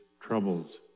troubles